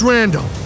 Randall